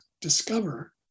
discover